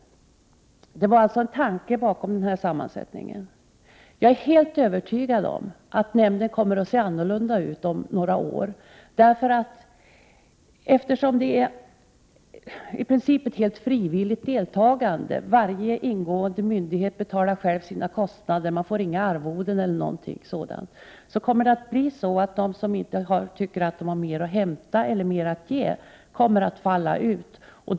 Jag är helt övertygad om att nämnden kommer att se annorlunda ut om några år. Det är nämligen i princip ett helt frivilligt deltagande. Varje myndighet som ingår betalar själv sina kostnader. Man får inga arvoden eller någonting sådant. Det kommer därför att bli så att de som inte tycker att de har mer att hämta eller mer att ge kommer att falla ifrån.